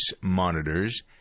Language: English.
monitors